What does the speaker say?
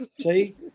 See